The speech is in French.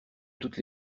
toutes